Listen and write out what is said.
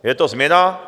Je to změna?